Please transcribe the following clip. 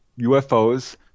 UFOs